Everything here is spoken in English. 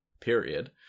period